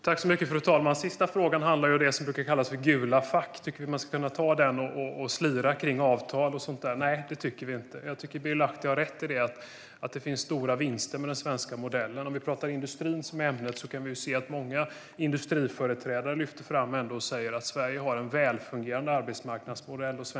Fru talman! Den sista frågan handlar om det som brukar kallas för gula fack. Tycker vi att man ska kunna använda sådana och slira kring avtal och så vidare? Nej, det tycker vi inte. Jag tycker att Birger Lahti har rätt i att det finns stora vinster med den svenska modellen. Industrin är ämnet för debatten här. Vi kan se att många industriföreträdare brukar lyfta fram att Sverige har en välfungerande arbetsmarknadsmodell.